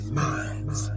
minds